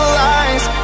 lies